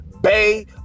Bay